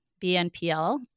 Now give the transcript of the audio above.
BNPL